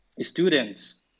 students